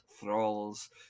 thralls